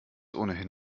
ohnehin